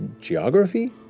geography